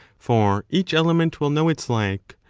for each element will know its like,